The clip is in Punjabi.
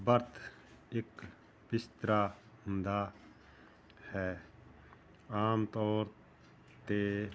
ਬਰਥ ਇਕ ਬਿਸਤਰਾ ਹੁੰਦਾ ਹੈ ਆਮ ਤੌਰ 'ਤੇ